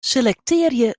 selektearje